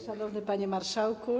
Szanowny Panie Marszałku!